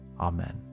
Amen